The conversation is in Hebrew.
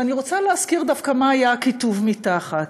ואני רוצה להזכיר דווקא מה היה הכיתוב מתחת: